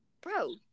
bro